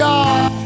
God